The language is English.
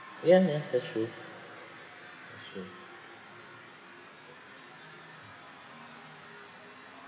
ya ya that's true that's true